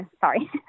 sorry